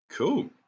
cool